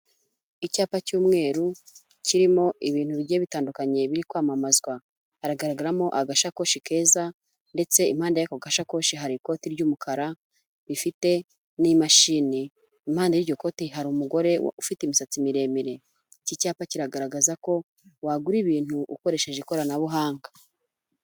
Icyapa cy'umweru, kirimo ibintu bijye bitandukanye biri kwamamazwa, hagaragaramo agasakoshi keza, ndetse impande y'ako gasakoshi hari ikoti ry'umukara, rifite n'imashini, impano y'iryo koti hari umugore ufite imisatsi miremire, iki cyapa kigaragaza ko wagura ibintu ukoresheje ikoranabuhanga.